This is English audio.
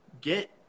get